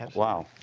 and wow.